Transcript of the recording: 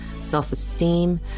self-esteem